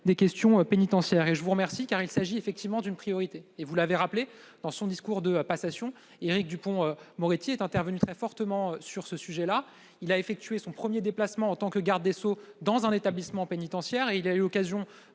des questions pénitentiaires. Je vous en remercie, car il s'agit effectivement d'une priorité. Vous l'avez rappelé, dans son discours de passation, Éric Dupond-Moretti est intervenu très fortement sur ce sujet. Il a effectué son premier déplacement en tant que garde des sceaux dans un établissement pénitentiaire et, à l'occasion